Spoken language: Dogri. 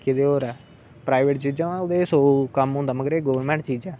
किदे होर ऐ प्राइवेट चीजे दे सौ कम्म होंदा मगर ऐ गवर्नमेंट चीजां